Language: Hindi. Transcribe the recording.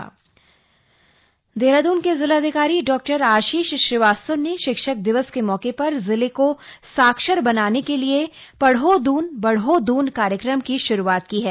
पढ़ो दून बढ़ो दून देहरादून के जिलाधिकारी डॉ आशीष श्रीवास्तव ने शिक्षक दिवस के मौके पर जिले को साक्षर बनाने के लिए पढ़ो दून बढ़ो दून कार्यक्रम की श्रुआत की है